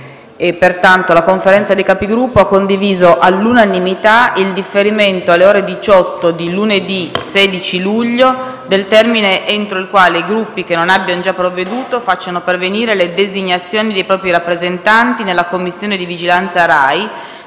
La Conferenza dei Capigruppo ha condiviso all'unanimità il differimento alle ore 18 di lunedì 16 luglio del termine entro il quale i Gruppi che non abbiano già provveduto facciano pervenire le designazioni dei propri rappresentanti nella Commissione di vigilanza RAI,